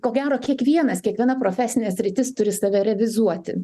ko gero kiekvienas kiekviena profesinė sritis turi save revizuoti